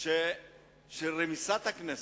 של רמיסת הכנסת,